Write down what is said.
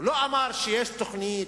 הוא לא אמר שיש תוכנית,